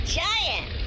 giant